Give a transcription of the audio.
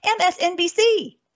MSNBC